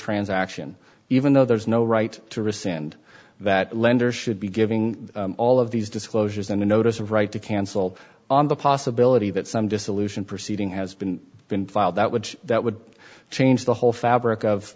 transaction even though there is no right to rescind that lender should be giving all of these disclosures in the notice of right to cancel on the possibility that some dissolution proceeding has been been filed that would that would change the whole fabric of